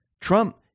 trump